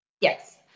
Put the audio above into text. yes